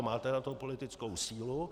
Máte na to politickou sílu.